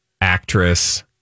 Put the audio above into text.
actress